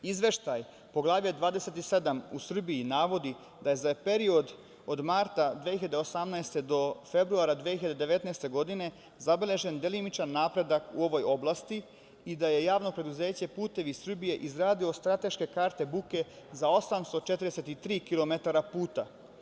Izveštaj Poglavlje 27 u Srbiji navodi da je za period od marta 2018. do februara 2019. godine zabeležen delimičan napredak u ovoj oblasti i da je Javno preduzeće „Putevi Srbije“ izgradilo strateške karte buke za 843 km puta.